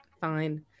fine